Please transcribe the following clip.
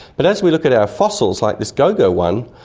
but as we look at our fossils, like this gogo one,